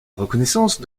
reconnaissance